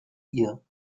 ihr